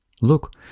look